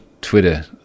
twitter